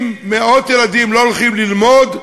אם מאות ילדים לא הולכים ללמוד,